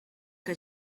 que